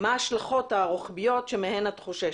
מה ההשלכות הרוחביות שמהן את חוששת?